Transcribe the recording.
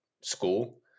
school